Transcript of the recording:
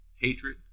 Hatred